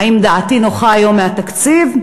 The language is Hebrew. האם דעתי נוחה היום מהתקציב?